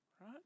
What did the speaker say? Right